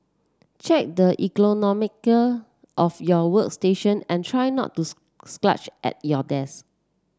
check the ergonomics of your workstation and try not to slouch at your desk